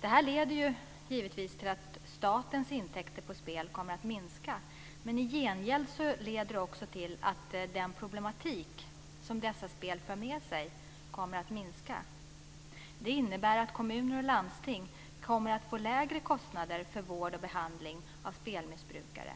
Detta leder givetvis till att statens intäkter på spel kommer att minska, men i gengäld leder det också till att den problematik som dessa spel för med sig kommer att minska. Det innebär att kommuner och landsting kommer att få lägre kostnader för vård och behandling av spelmissbrukare.